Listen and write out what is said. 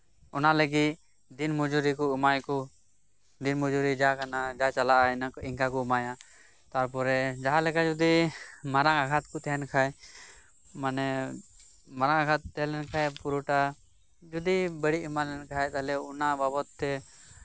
ᱚᱱᱟ ᱞᱟᱹᱜᱤᱫ ᱫᱤᱱ ᱢᱚᱡᱩᱨᱤ ᱠᱚ ᱮᱢᱟᱭᱟᱠᱚ ᱫᱤᱱ ᱢᱚᱡᱩᱨᱤ ᱡᱟ ᱠᱟᱱᱟ ᱡᱟ ᱪᱟᱞᱟᱜᱼᱟ ᱤᱱᱠᱟ ᱠᱚ ᱮᱢᱟᱭᱟ ᱛᱟᱨᱯᱚᱨᱮ ᱡᱟᱦᱟᱸᱞᱮᱟ ᱡᱩᱫᱤ ᱢᱟᱨᱟᱝ ᱟᱜᱷᱟᱛ ᱠᱚ ᱛᱟᱦᱮᱸᱱ ᱠᱷᱟᱡ ᱢᱟᱱᱮ ᱢᱟᱨᱟᱝ ᱟᱜᱷᱟᱛ ᱛᱟᱦᱮᱸᱞᱮᱱ ᱠᱷᱟᱡ ᱡᱩᱫᱤ ᱵᱟᱹᱲᱤᱡ ᱮᱢᱟᱱ ᱞᱮᱱ ᱠᱷᱟᱡ ᱛᱟᱞᱦᱮ ᱚᱱᱟ ᱵᱟᱵᱚᱛ ᱛᱮ ᱢᱟᱱᱮ